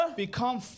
Become